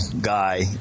guy